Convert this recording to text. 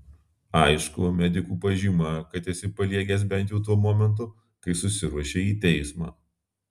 aišku medikų pažyma kad esi paliegęs bent jau tuo momentu kai susiruošei į teismą